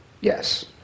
Yes